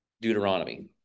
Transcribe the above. Deuteronomy